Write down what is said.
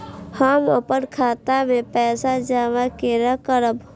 हम अपन खाता मे पैसा जमा केना करब?